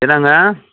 என்னங்க